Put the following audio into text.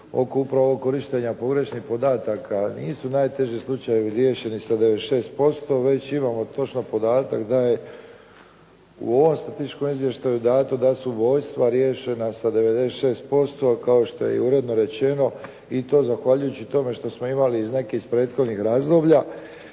oko upravo ovog korištenja pogrešnih podataka. Nisu najteži slučajevi riješeni sa 96% već imamo točno podatak da je u ovom statističkom izvještaju dato da su ubojstva riješena sa 96% kao što je i uvodno rečeno i to zahvaljujući tome što smo imali neke iz prethodnih razloga.